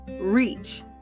reach